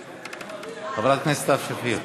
חברת הכנסת סתיו שפיר,